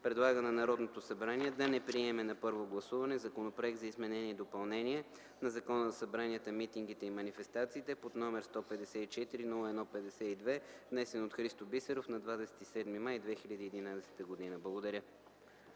предлага на Народното събрание да не приеме на първо гласуване Законопроект за изменение и допълнение на Закона за събранията, митингите и манифестациите, № 154-01-52, внесен от Христо Бисеров на 27 май 2011 г.” Благодаря.